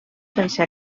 sense